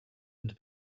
into